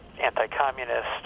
anti-communist